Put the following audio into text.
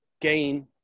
gain